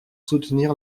soutenir